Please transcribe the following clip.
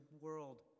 world